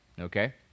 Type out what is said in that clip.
Okay